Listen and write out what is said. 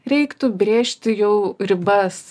reiktų brėžti jau ribas